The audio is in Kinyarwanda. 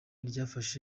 ryafashe